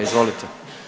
Izvolite.